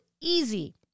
easy